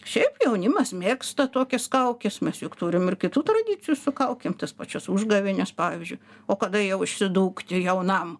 šiaip jaunimas mėgsta tokias kaukes mes juk turim ir kitų tradicijų su kaukėm tas pačias užgavėnes pavyzdžiui o kada jau išsidūkti jaunam